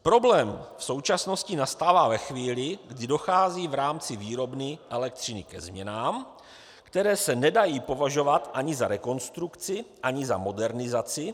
Problém v současnosti nastává ve chvíli, kdy dochází v rámci výrobny elektřiny ze změnám, které se nedají považovat ani za rekonstrukci ani za modernizaci.